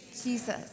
Jesus